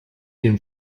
den